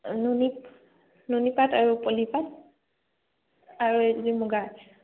নুনী নুনীপাট আৰু পলি পাট আৰু এযোৰ মুগা